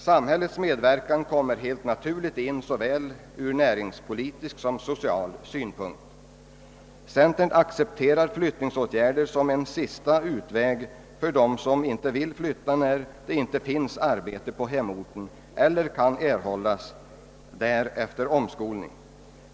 Samhällets medverkan kommer helt naturligt in från såväl näringspolitisk som social synpunkt. Centerpartiet — accepterar flyttningsåtgärder som en sista utväg för dem som inte vill flytta när arbete finns på hemorten eller kan erhållas där efter omskolning.